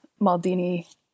maldini